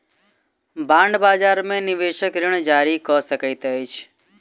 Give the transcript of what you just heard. bond बजार में निवेशक ऋण जारी कअ सकैत अछि